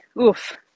Oof